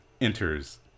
enters